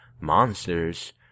monsters